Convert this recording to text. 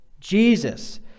Jesus